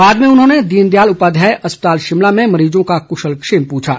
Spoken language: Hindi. बाद में उन्होंने दीनदयाल उपाध्याय अस्पताल शिमला में मरीजों का कुशलक्षेम पूछा